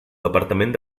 departament